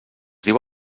diu